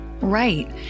Right